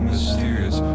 Mysterious